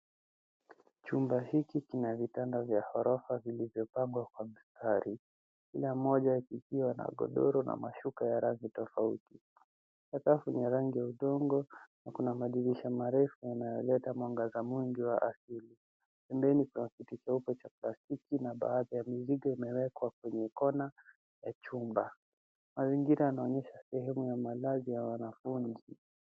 Chumba hiki kina vitanda vya ghorofa vilivyopangwa kwa mistari kila moja kikiwa na godoro na mashuka ya rangi tofauti. Sakafu ni ya rangi ya udongo na kuna madirisha marefu yanayoleta mwangaza mwingi wa asili. Pembeni kuna viti jeupe vya plastiki na baadhi ya mizigo imewekwa kwenye kona ya chumba. Mazingira yanaonyesha elimu ya malazi ya wanafunzi.